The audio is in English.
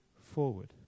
forward